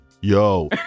yo